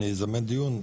אני אזמן דיון,